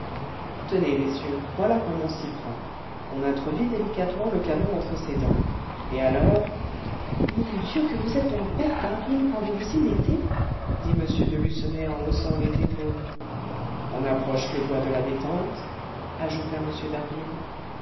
tenez messieurs voilà comme on s'y prend on introduit délicatement le canon entre ses dents et alors mon dieu que vous êtes donc bête d'harville quand vous vous y mettez dit m de lucenay en haussant les épaules on approche le doigt de la détente ajouta m